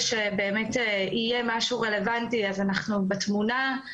שבאמת יהיה משהו רלוונטי אז אנחנו בתמונה,